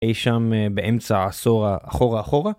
אי שם באמצע עשור אחורה אחורה.